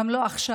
גם לא עכשיו.